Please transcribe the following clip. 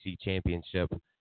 championship